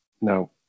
No